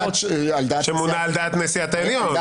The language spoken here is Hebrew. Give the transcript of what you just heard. שמונה על דעת נשיאת העליון.